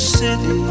city